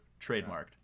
trademarked